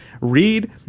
read